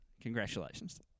Congratulations